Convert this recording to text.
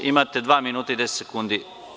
Imate dva minuta i 10 sekundi.